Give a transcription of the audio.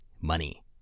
money